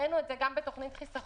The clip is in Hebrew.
הראינו את זה בתוכנית חיסכון.